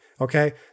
okay